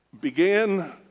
began